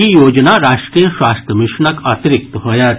ई योजना राष्ट्रीय स्वास्थ्य मिशनक अतिरिक्त होयत